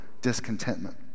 discontentment